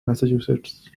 massachusetts